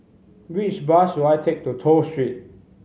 which bus should I take to Toh Street